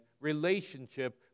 relationship